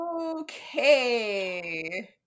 Okay